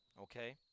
Okay